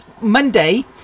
Monday